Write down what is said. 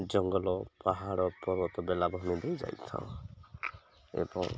ଜଙ୍ଗଲ ପାହାଡ଼ ପର୍ବତ ବେଳାଭୂମି ଦେଇ ଯାଇଥାଉ ଏବଂ